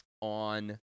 on